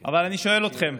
אבל אני שואל אתכם,